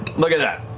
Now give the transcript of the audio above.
look at that,